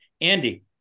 Andy